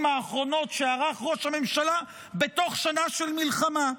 האחרונות שערך ראש הממשלה בתוך שנה של מלחמה: